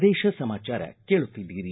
ಪ್ರದೇಶ ಸಮಾಚಾರ ಕೇಳುತ್ತಿದ್ದೀರಿ